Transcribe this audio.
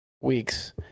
weeks